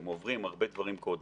הם עוברים הרבה דברים קודם.